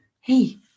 Hey